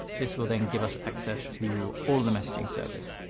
this will then give us access to all the messaging service.